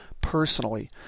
personally